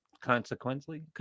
consequently